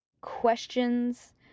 questions